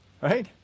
Right